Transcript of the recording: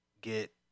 get